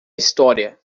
história